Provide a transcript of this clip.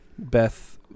Beth